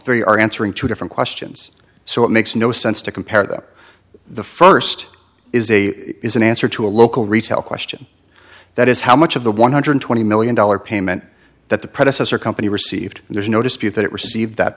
three are answering two different questions so it makes no sense to compare them the first is a is an answer to a local retail question that is how much of the one hundred twenty million dollars payment that the predecessor company received there's no dispute that it received that